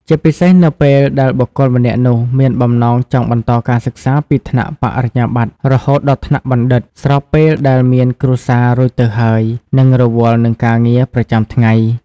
ជាពិសេសនៅពេលដែលបុគ្គលម្នាក់នោះមានបំណងចង់បន្តការសិក្សាពីថ្នាក់ បរិញ្ញាបត្រ រហូតដល់ថ្នាក់បណ្ឌិត ស្របពេលដែលមាន គ្រួសារ រួចទៅហើយ និង រវល់នឹងការងារ ប្រចាំថ្ងៃ។